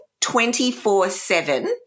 24-7